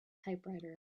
typewriter